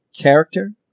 character